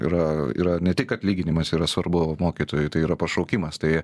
yra yra ne tik atlyginimas yra svarbu mokytojui tai yra pašaukimas tai